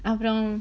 அப்பறம்:apparam